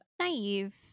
naive